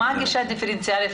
מה הגישה הדיפרנציאלית?